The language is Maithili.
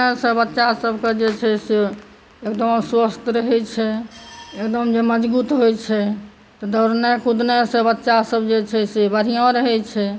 हमरा सभ बच्चासभके जे छै से एकदम स्वस्थ्य रहै छै एकदम जे मजबुत होइ छै तऽ दौड़नाइ कुदनाइ सँ बच्चा सभ जे छै से बढ़िऑं रहै छै